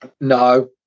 No